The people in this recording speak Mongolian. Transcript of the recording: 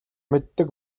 мэддэг